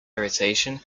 irritation